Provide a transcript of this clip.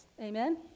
Amen